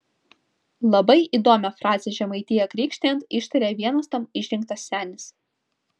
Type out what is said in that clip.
labai įdomią frazę žemaitiją krikštijant ištaria vienas tam išrinktas senis